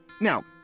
Now